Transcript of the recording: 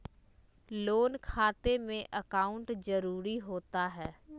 Loan खाते में account जरूरी होता है?